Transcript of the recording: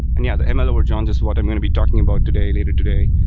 and yeah, the and ml over joins is what i'm going to be talking about today, later today,